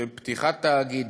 של פתיחת תאגיד,